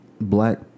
black